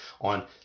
on